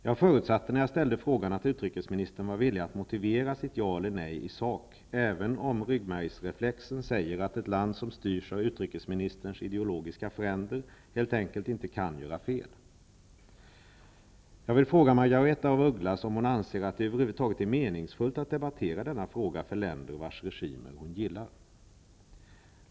När jag ställde frågan förutsatte jag att utrikesministern var villig att motivera sitt ja eller nej i sak, även om ryggmärgsreflexen säger att ett land som styrs av utrikesministerns ideologiska fränder helt enkelt inte kan göra fel. Jag vill fråga Margaretha af Ugglas om hon anser att det över huvud taget är meningsfullt att debattera denna fråga när det gäller länder vilkas regimer hon gillar.